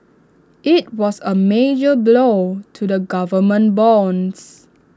IT was A major blow to the government bonds